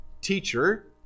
teacher